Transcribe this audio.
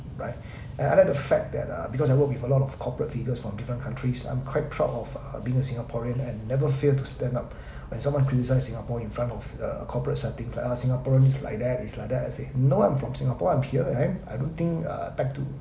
right and I like that fact that uh because I work with a lot of corporate figures from different countries I'm quite proud of uh being a singaporean and never fear to stand up when someone criticise singapore in front of corporate setting like ah singaporeans is like that is like that I say no I'm from singapore I'm here I am I don't think uh beg to